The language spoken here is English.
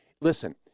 Listen